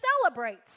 celebrate